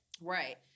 Right